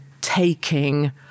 taking